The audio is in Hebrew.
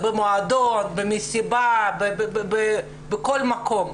במועדון, במסיבה, בכל מקום.